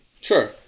Sure